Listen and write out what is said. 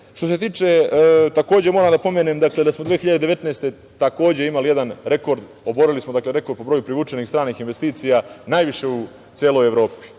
legitimitet. Takođe, moram da pomenem da smo 2019. godine imali jedan rekord, oborili smo rekord po broju privučenih stranih investicija najviše u celoj Evropi.